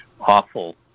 awful